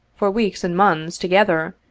for weeks and months together,